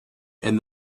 and